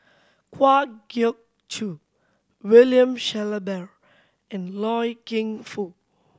Kwa Geok Choo William Shellabear and Loy Keng Foo